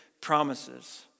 promises